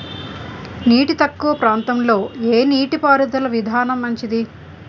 నీరు తక్కువ ప్రాంతంలో ఏ నీటిపారుదల విధానం మంచిది?